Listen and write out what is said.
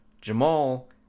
Jamal